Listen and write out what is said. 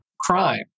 crime